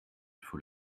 faut